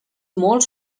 molt